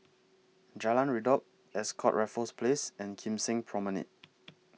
Jalan Redop Ascott Raffles Place and Kim Seng Promenade